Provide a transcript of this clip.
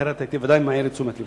אחרת הייתי בוודאי מעיר את תשומת לבך.